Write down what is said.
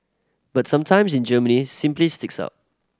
but sometimes in Germany simply sticks out